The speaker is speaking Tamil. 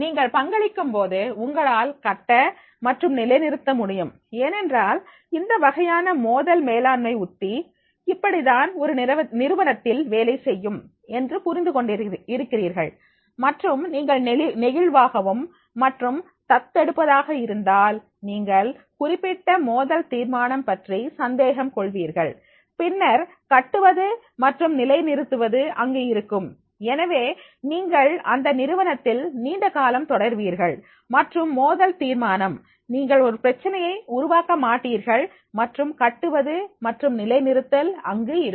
நீங்கள் பங்களிக்கும் போது உங்களால் கட்ட மற்றும் நிலைநிறுத்த முடியும் ஏனென்றால் இந்த வகையான மோதல் மேலாண்மை உத்தி இப்படித்தான் ஒரு நிறுவனத்தில் வேலை செய்யும் என்று புரிந்து கொண்டிருக்கிறீர்கள் மற்றும் நீங்கள் நெகிழ்வாகவும் மற்றும் தத்தெடுப்பதாக இருந்தால் நீங்கள் குறிப்பிட்ட மோதல் தீர்மானம் பற்றி சந்தேகம் கொள்வீர்கள் பின்னர் கட்டுவது மற்றும் நிலைநிறுத்துவது அங்கு இருக்கும் எனவே நீங்கள் அந்த நிறுவனத்தில் நீண்ட காலம் தொடர்வீர்கள் மற்றும் மோதல் தீர்மானம் நீங்கள் ஒரு பிரச்சனையை உருவாக்க மாட்டீர்கள் மற்றும் கட்டுவது மற்றும் நிலைநிறுத்தல் அங்கு இருக்கும்